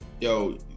yo